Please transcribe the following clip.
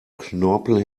knorpel